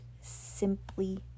simply